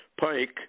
Pike